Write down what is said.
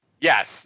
Yes